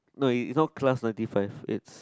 no it it's not class ninety five it's